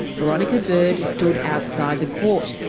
veronica bird stood outside the court,